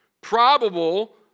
probable